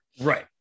right